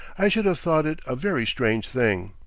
i should have thought it a very strange thing.